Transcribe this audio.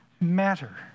matter